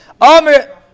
Amir